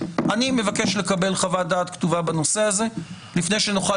אני מבקש לקבל חוות דעת כתובה בנושא הזה לפני שנוכל